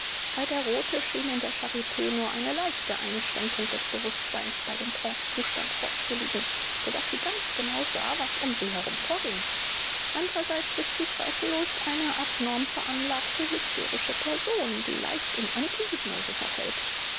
bei der rothe schien in der charit nur eine leichte einschränkung des bewußtseins bei dem trancezustand vorzuliegen so daß sie ganz genau sah was um sie herum vorging andererseits ist sie zweifellos eine abnorm veranlagte hysterische person die leicht in antihypnose verfällt